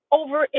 over